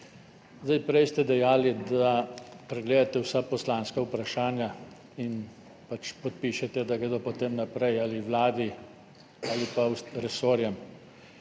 Prej ste dejali, da pregledate vsa poslanska vprašanja in pač podpišete, da gredo potem naprej, ali Vladi ali pa resorjem.